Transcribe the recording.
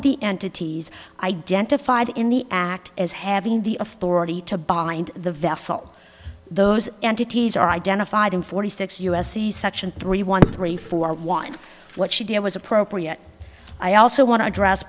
of the entities identified in the act as having the authority to bind the vessel those entities are identified in forty six u s c section three one three four want what she did was appropriate i also want to address